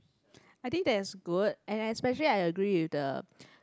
I think that's good and especially I agree with the